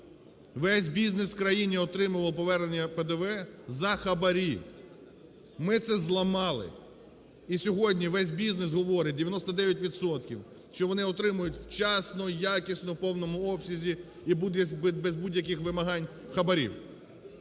Весь бізнес в країні отримував повернення ПДВ за хабарі. Ми це зламали. І сьогодні весь бізнес говорить, 99 відсотків, що вони отримують вчасно, якісно, у повному обсязі і без будь-яких вимагань хабарів.